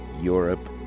Europe